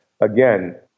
again